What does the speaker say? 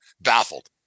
Baffled